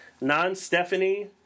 non-Stephanie